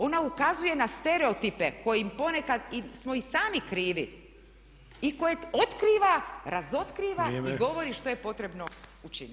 Ona ukazuje na stereotipe kojih ponekad smo i sami krivi i koje otkriva, razotkriva i govori što je potrebno učiniti.